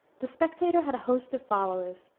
the spectator had a host of followers,